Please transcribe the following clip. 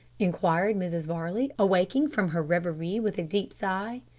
inquired mrs varley, awaking from her reverie with a deep sigh.